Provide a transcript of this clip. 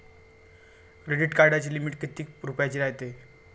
Credit कार्डाची limit कितीक रुपयाची रायते?